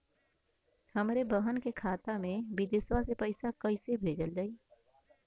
हमरे बहन के खाता मे विदेशवा मे पैसा कई से भेजल जाई?